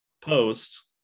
post